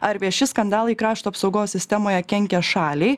ar vieši skandalai krašto apsaugos sistemoje kenkia šaliai